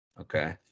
okay